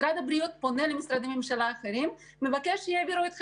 משרד הבריאות פונה למשרדי ממשלה אחרים ומבקש שיעבירו את חלקם.